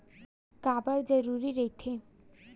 का बार जरूरी रहि थे?